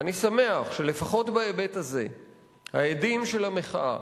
אני שמח שלפחות בהיבט הזה ההדים של המחאה,